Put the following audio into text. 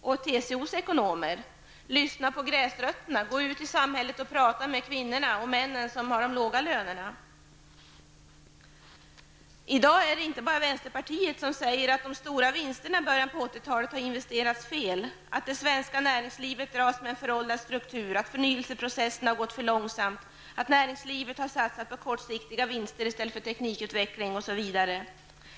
och TCOs ekonomer, lyssna på gräsrötterna, gå ut i samhället och prata med kvinnorna och männen som har de låga lönerna. I dag är det inte bara vänsterpartiet som säger att de stora vinsterna i början av 80-talet har investerats fel, att det svenska näringslivet dras med en föråldrad struktur, att förnyelseprocessen har gått för långsamt, att näringslivet har satsat på kortsiktiga vinster i stället för teknikutveckling, osv.